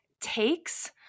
takes